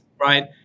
right